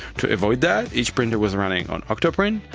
to avoid that, each printer was running on octoprint,